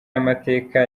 y’amateka